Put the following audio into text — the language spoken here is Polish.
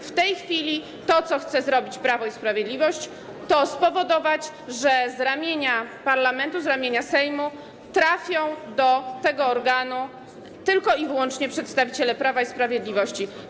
W tej chwili to, co chce zrobić Prawo i Sprawiedliwość, to spowodować, że z ramienia parlamentu, z ramienia Sejmu trafią do tego organu tylko i wyłącznie przedstawiciele Prawa i Sprawiedliwości.